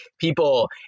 people